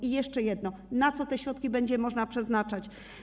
I jeszcze jedno: Na co te środki będzie można przeznaczać?